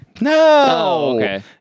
No